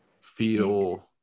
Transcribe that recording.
feel